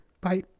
bye